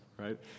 right